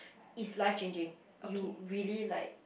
it's life changing you really like